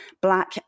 Black